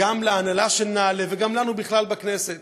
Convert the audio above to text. גם להנהלה של נעל"ה וגם לנו בכלל בכנסת.